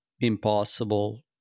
impossible